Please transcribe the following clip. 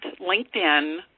linkedin